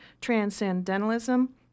transcendentalism